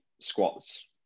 squats